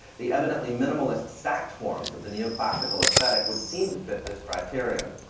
the evidently minimalist stacked forms of the neoclassical aesthetic would seem to fit this criterion,